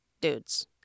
Dudes